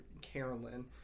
Carolyn